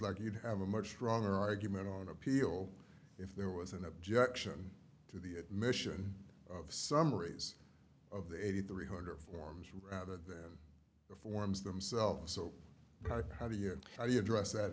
like you'd have a much stronger argument on appeal if there was an objection to the admission of summaries of the eighty three hundred forms rather than the forms themselves so how do you how do you address that